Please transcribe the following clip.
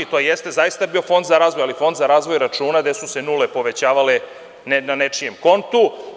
To jeste zaista bio Fond za razvoj, ali Fond za razvoj računa, gde su se nule povećavale na nečijem kontu.